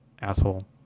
asshole